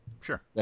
Sure